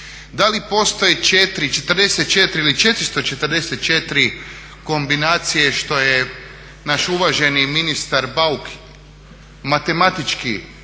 da li postoje 4, 44 ili 444 kombinacije što je naš uvaženi ministar Bauk matematički